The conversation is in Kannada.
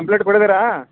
ಕಂಪ್ಲೇಟ್ ಕೊಡದರಾ